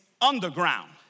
underground